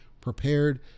prepared